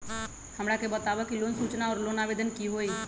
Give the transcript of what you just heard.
हमरा के बताव कि लोन सूचना और लोन आवेदन की होई?